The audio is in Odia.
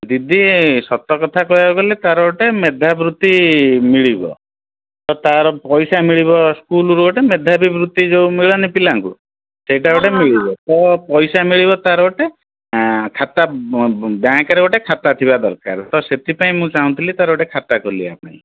ଦିଦି ସତ କଥା କହିବାକୁ ଗଲେ ତା'ର ଗୋଟେ ମେଧାବୃତ୍ତି ମିଳିବ ଆଉ ତା'ର ପଇସା ମିଳିବ ସ୍କୁଲ୍ରୁ ଗୋଟେ ମେଧାବି ବୃତ୍ତି ଯେଉଁ ମିଳେନି ପିଲାଙ୍କୁ ସେଇଟା ଗୋଟେ ମିଳିବ ତ ପଇସା ମିଳିବ ତା'ର ଗୋଟେ ଖାତା ବ୍ୟାଙ୍କରେ ଗୋଟେ ଖାତା ଥିବା ଦରକାର ତ ସେଥିପାଇଁ ମୁଁ ଚାହୁଁଥିଲି ତା'ର ଗୋଟେ ଖାତା ଖୋଲିବା ପାଇଁ